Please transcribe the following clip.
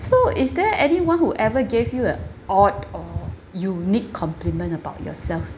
so is there anyone who ever gave you a odd or unique compliment about yourself